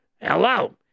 Hello